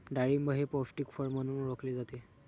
डाळिंब हे पौष्टिक फळ म्हणून ओळखले जाते